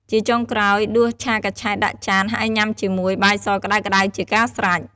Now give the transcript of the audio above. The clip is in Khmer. ជាចុងក្រោយ ដួសឆាកញ្ឆែតដាក់ចាន ហើយញ៉ាំជាមួយ បាយសក្តៅៗជាការស្រេច។